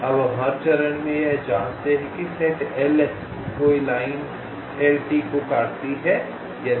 अब हम हर चरण में यह जांचते हैं कि सेट LS से कोई लाइन LT को काटती है या नहीं